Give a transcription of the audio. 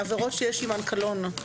עבירות שיש עמן קלון,